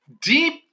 deep